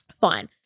fine